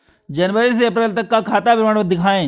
जनवरी से अप्रैल तक का खाता विवरण दिखाए?